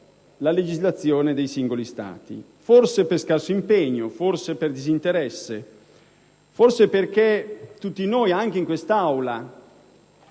della legislazione dei singoli Stati. Forse, per scarso impegno o disinteresse, forse perché tutti noi anche in quest'Aula